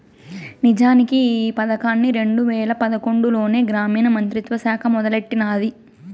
నిజానికి ఈ పదకాన్ని రెండు వేల పదకొండులోనే గ్రామీణ మంత్రిత్వ శాఖ మొదలెట్టినాది